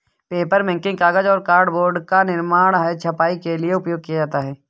papermaking कागज और cardboard का निर्माण है छपाई के लिए उपयोग किया जाता है